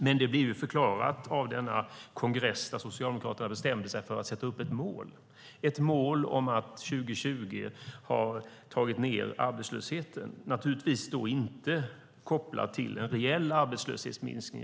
Men det blir förklarat av denna kongress där Socialdemokraterna bestämde sig för att sätta upp ett mål. Det var målet att 2020 ha sänkt arbetslösheten, naturligtvis inte kopplat till en reell arbetslöshetsminskning.